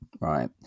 right